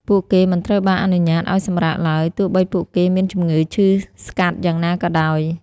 ពួកគេមិនត្រូវបានអនុញ្ញាតឱ្យសម្រាកឡើយ ទោះបីពួកគេមានជម្ងឺឈឺស្កាត់យ៉ាងណាក៏ដោយ។